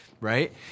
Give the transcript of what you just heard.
right